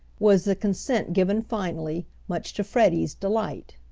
was the consent given finally, much to freddie's delight.